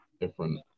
different